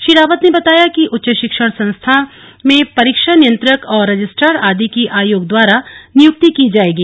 श्री रावत ने बताया कि उच्च शिक्षण संस्थाओं में परीक्षा नियंत्रक और रजिस्ट्रार आदि की आयोग द्वारा नियुक्ति की जाएगी